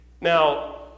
Now